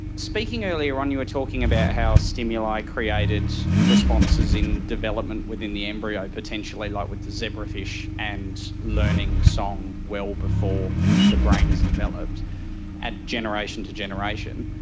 speaking earlier on you were talking about how stimuli created responses in development within the embryo potentially, like with the zebrafish and learning song well before the brain has developed and generation to generation.